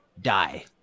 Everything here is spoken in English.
die